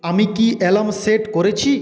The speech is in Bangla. আমি কী অ্যালার্ম সেট করেছি